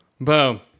Boom